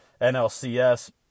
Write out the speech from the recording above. NLCS